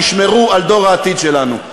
תשמרו על דור העתיד שלנו.